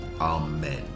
amen